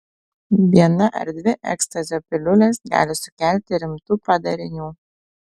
viena ar dvi ekstazio piliulės gali sukelti rimtų padarinių